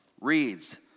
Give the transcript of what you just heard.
reads